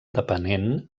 depenent